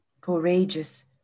courageous